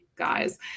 Guys